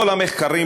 כל המחקרים,